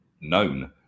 known